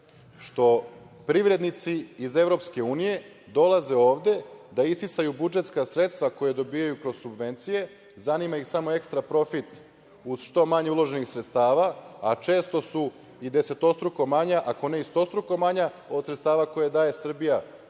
što privrednici iz Evropske unije dolaze ovde da isisaju budžetska sredstva koja dobijaju kao subvencije, zanima ih samo ekstraprofit uz što manje uloženih sredstava, a često su i desetostruko manja, ako ne i stostruko manja od sredstava koja daje Srbija